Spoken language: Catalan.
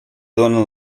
donen